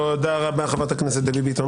תודה רבה, חברת הכנסת דבי ביטון.